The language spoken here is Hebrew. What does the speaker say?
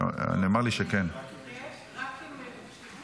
רק אם מבקשים.